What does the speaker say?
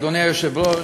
אדוני היושב-ראש,